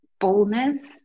boldness